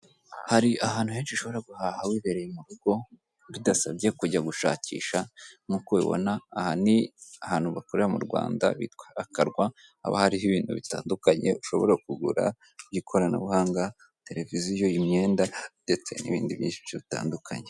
Hari ahantu henshi ushobora guhaha wibereye mu rugo bidasabye kujya gushakisha, nk'uko ubibona aha ni ahantu bakorera mu Rwanda bitwa akarwa haba hariho ibintu bitandukanye ushobora kugura by'ikoranabuhanga tereviziyo, imyenda n'ibindi bintu byinshi bitandukanye